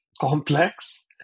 complex